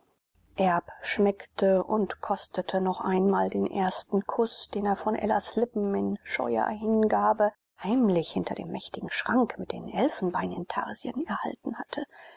schmeckte und kostete noch einmal den ersten kuß den er von ellas lippen in scheuer hingabe heimlich hinter dem mächtigen schrank mit den elfenbeinintarsien erhalten hatte